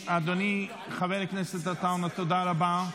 חבר הכנסת עטאונה, תודה רבה.